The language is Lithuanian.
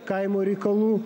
kaimo reikalų